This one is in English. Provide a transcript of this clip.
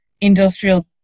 industrial